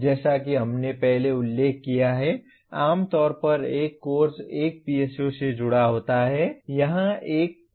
जैसा कि हमने पहले उल्लेख किया है आम तौर पर एक कोर्स एक PSO से जुड़ा होता है